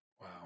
Wow